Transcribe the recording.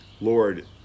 Lord